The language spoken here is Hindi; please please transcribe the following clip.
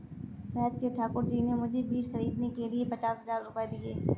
शहर के ठाकुर जी ने मुझे बीज खरीदने के लिए पचास हज़ार रूपये दिए